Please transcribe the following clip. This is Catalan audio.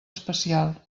especial